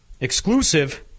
Exclusive